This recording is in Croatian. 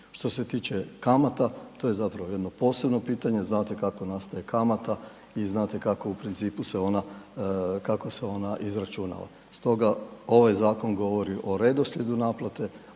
Što se tiče kamata, to je jedno posebno pitanje. Znate kako nastaje kamata i znate kako se u principu ona izračunava. Stoga ovaj zakon govori o redoslijedu naplate,